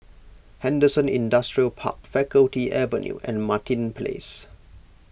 Henderson Industrial Park Faculty Avenue and Martin Place